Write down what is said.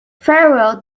farewell